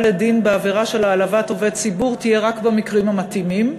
לדין בעבירה של העלבת עובד ציבור תהיה רק במקרים המתאימים.